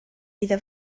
iddo